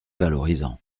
valorisant